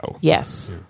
Yes